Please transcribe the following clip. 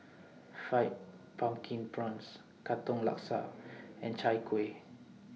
Fried Pumpkin Prawns Katong Laksa and Chai Kuih